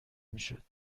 میشد